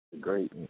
Great